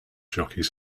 jockeys